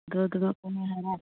दूधमे कोनो नहि बात